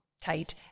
tight –